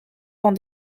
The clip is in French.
dans